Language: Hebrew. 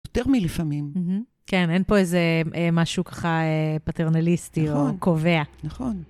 יותר מלפעמים. כן, אין פה איזה משהו ככה פטרנליסטי, או קובע. נכון.